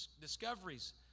discoveries